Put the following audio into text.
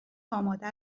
آماده